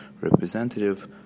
representative